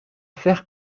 faire